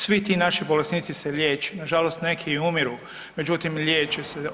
Svi ti naši bolesnici se liječen, nažalost neki i umiru, međutim liječe se.